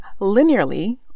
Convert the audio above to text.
linearly